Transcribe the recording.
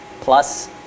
Plus